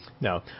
No